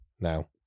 now